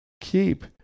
keep